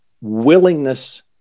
willingness